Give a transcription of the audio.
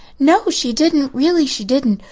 no, she didn't really she didn't.